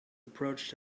approached